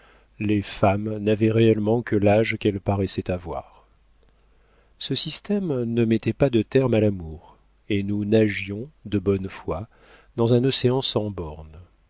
les femmes n'avaient réellement que l'âge qu'elles paraissaient avoir ce système ne mettait pas de terme à l'amour et nous nagions de bonne foi dans un océan sans bornes